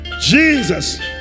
Jesus